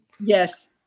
Yes